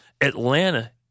Atlanta